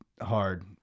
hard